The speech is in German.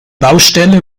baustelle